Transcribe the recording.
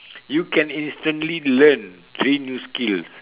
you can instantly learn three new skills